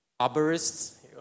arborists